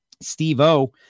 Steve-O